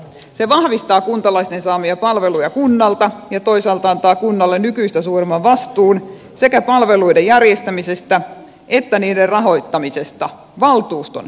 se vahvistaa kuntalaisten saamia palveluja kunnalta ja toisaalta antaa kunnalle nykyistä suuremman vastuun sekä palveluiden järjestämisestä että niiden rahoittamisesta valtuuston päätöksellä